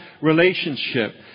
relationship